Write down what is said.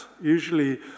Usually